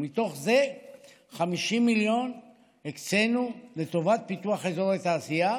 ומתוך זה 50 מיליון הקצינו לטובת פיתוח אזורי תעשייה,